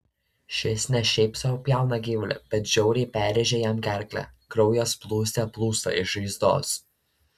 šis ne šiaip sau pjauna gyvulį bet žiauriai perrėžia jam gerklę kraujas plūste plūsta iš žaizdos